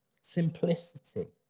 Simplicity